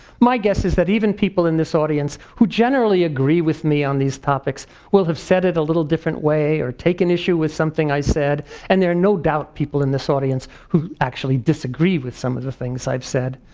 my guess is that even people in this audience who generally agree with me on these topics will have said it a little different way or take an issue with something i said and there are no doubt, people in this audience who actually disagree with some of the things i've said.